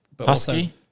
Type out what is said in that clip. Husky